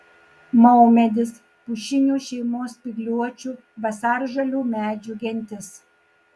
maumedis pušinių šeimos spygliuočių vasaržalių medžių gentis